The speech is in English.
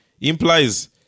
implies